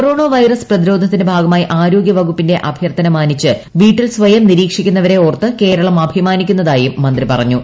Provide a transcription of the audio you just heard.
corona virus പ്രതിരോധത്തിന്റെ ഭാഗമായി ആരോഗൃവകുപ്പിന്റെ അഭ്യർത്ഥന മാനിച്ച് വീട്ടിൽ സ്ഥയം നിരീക്ഷിക്കുന്നവരെ ഓർത്ത് കേരളം അഭിമാനിക്കുന്നതായും മന്ത്രി പറഞ്ഞു